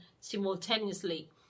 simultaneously